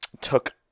took